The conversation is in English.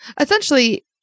essentially